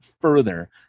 further